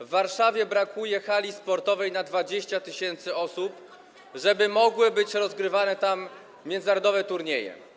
W Warszawie brakuje hali sportowej na 20 tys. osób, żeby mogły być rozgrywane tam międzynarodowe turnieje.